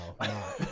no